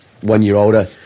one-year-older